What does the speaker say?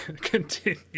continue